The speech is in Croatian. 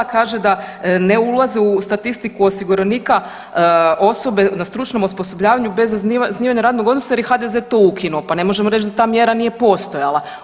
Kaže da ne ulaze u statistiku osiguranika osobe na stručnom osposobljavanju bez zasnivanja radnog odnosa jer je HDZ to ukinuo, pa ne možemo reći da ta mjera nije postojala.